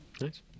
Nice